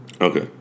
Okay